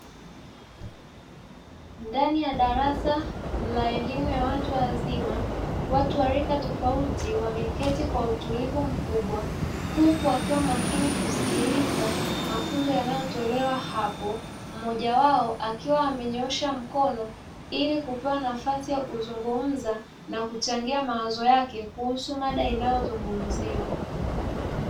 Ndani ya darasa la elimu ya watu wazima, watu wa rika tofauti wameketi kwa utulivu mkubwa, huku wakiwa makini kusikiliza mafunzo yanayotolewa hapo; mmoja wao akiwa amenyoosha mkono ili kupewa nafasi ya kuzungumza na kuchangia mawazo yake kuhusu mada inayozungumziwa.